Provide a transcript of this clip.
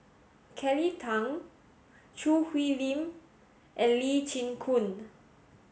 Kelly Tang Choo Hwee Lim and Lee Chin Koon